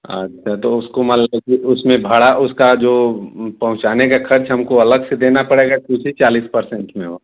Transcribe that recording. अच्छा तो उसको मान लीजिए उसमें भाड़ा उसका जो पहुँचाने का खर्च हमको अलग से देना पड़ेगा कि उसी चालीस परसेंट में हो